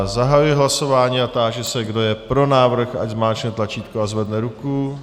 Zahajuji hlasování a táži se, kdo je pro návrh, ať zmáčkne tlačítko a zvedne ruku.